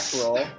roll